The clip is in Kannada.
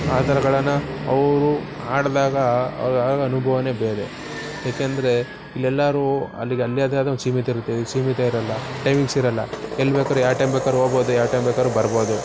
ಅವರು ಆಡಿದಾಗ ಅವ್ರಿಗಾಗೋ ಅನುಭವವೇ ಬೇರೆ ಏಕೆಂದರೆ ಇಲ್ಲೆಲ್ಲಾದ್ರೂ ಅಲ್ಲಿಗೆ ಅಲ್ಲಿಯದ್ದೇ ಆದ ಒಂದು ಸೀಮಿತ ಇರುತ್ತೆ ಇಲ್ಲಿ ಸೀಮಿತ ಇರೋಲ್ಲ ಟೈಮಿಂಗ್ಸ್ ಇರೋಲ್ಲ ಎಲ್ಲಿ ಬೇಕಾದ್ರೂ ಯಾವ ಟೈಮಿಗೆ ಬೇಕಾದ್ರೂ ಹೋಗ್ಬೋದು ಯಾವ ಟೈಮಿಗೆ ಬೇಕಾದ್ರೂ ಬರ್ಬೋದು